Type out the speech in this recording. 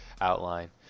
outline